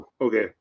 Okay